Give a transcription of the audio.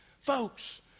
Folks